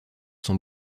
son